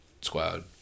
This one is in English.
squad